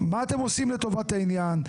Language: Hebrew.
מה אתם עושים לטובת העניין?